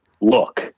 look